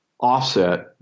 offset